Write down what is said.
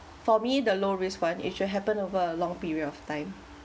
for me the low risk one it should happen over a long period of time